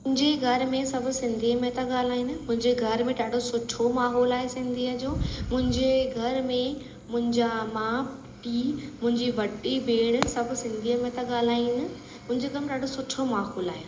मुंहिंजे घर में सभु सिंधीअ में था ॻाल्हाइनि मुंहिंजे घर में ॾाढो सुठो माहौल आहे सिंधीअ जो मुंहिंजे घर में मुंहिंजा माउ पीउ मुंहिंजी वॾी भेणु सभु सिंधीअ में तां ॻाल्हाइनि मुंहिंजे घर में ॾाढो सुठो माहौल आहे